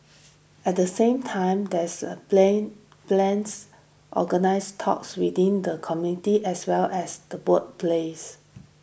at the same time there's a plan plans organise talks within the community as well as the workplace